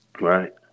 right